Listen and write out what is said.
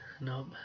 no